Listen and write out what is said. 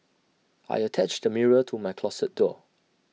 I attached A mirror to my closet door